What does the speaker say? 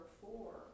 four